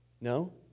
no